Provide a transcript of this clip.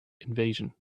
invasion